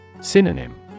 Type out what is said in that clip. Synonym